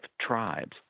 tribes